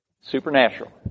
Supernatural